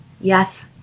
Yes